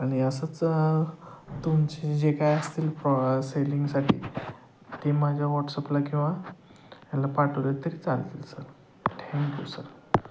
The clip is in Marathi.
आणि असंच तुमचे जे काय असतील प्रॉ सेलिंगसाठी ते माझ्या व्हॉट्सअपला किंवा याला पाठवले तरी चालतील सर थँक्यू सर